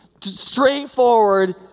straightforward